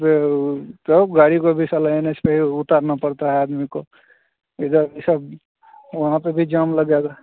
जो वह तब गाड़ी को भी साला एनएच पर उतारना पड़ता है आदमी को इधर सब वहाँ पर भी जाम लगेगा